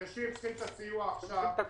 אנשים צריכים את הסיוע עכשיו.